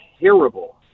terrible